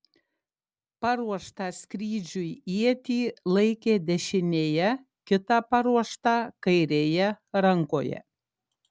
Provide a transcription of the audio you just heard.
paruoštą skrydžiui ietį laikė dešinėje kitą paruoštą kairėje rankoje